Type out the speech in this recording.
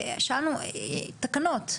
שאלנו על התקנות,